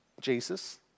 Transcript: Jesus